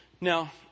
Now